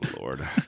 Lord